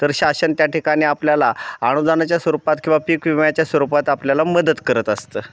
तर शासन त्या ठिकाणी आपल्याला अनुदानाच्या स्वरूपात किंवा पीक विम्याच्या स्वरूपात आपल्याला मदत करत असतं